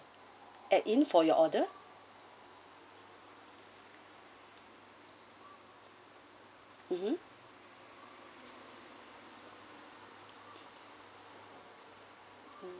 add in for your order mmhmm